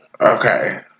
Okay